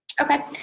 Okay